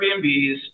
Airbnbs